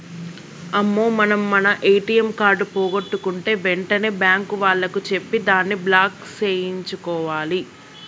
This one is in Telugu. అమ్మో మనం మన ఏటీఎం కార్డు పోగొట్టుకుంటే వెంటనే బ్యాంకు వాళ్లకి చెప్పి దాన్ని బ్లాక్ సేయించుకోవాలి